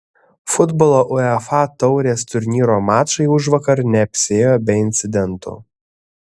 futbolo uefa taurės turnyro mačai užvakar neapsiėjo be incidentų